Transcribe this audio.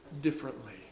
differently